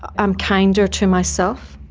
i'm kinder to myself.